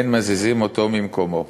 אין מזיזים אותו ממקומו".